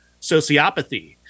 sociopathy